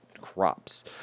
crops